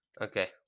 Okay